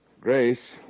Grace